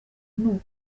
n’ukuntu